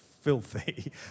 filthy